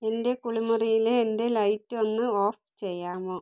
എൻ്റെ കുളിമുറിയിലെ എൻ്റെ ലൈറ്റ് ഒന്ന് ഓഫ് ചെയ്യാമോ